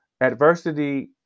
adversity